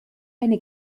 eine